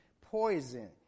poison